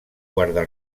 guarda